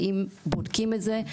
האם בודקים את זה?